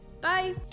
Bye